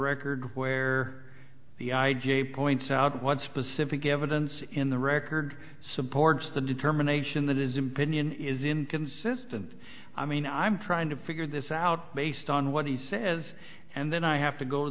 record where the i j points out what specific evidence in the record supports the determination that isn't been is inconsistent i mean i'm trying to figure this out based on what he says and then i have to go to